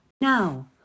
Now